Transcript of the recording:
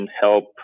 help